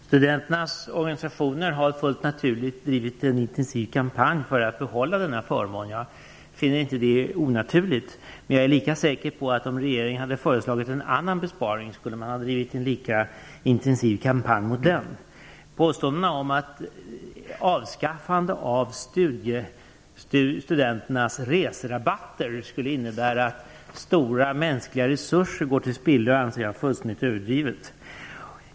Fru talman! Studenternas organisationer har fullt naturligt drivit en intensiv kampanj för att behålla denna förmån. Jag finner inte det onaturligt. Men jag är lika säker på att om regeringen hade föreslagit en annan besparing, skulle man ha drivit en lika intensiv kampanj mot den. Påståendena om att avskaffandet av studenternas reserabatter skulle innebära att stora mänskliga resurser går till spillo anser jag fullständigt överdrivna.